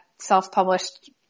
self-published